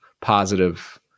positive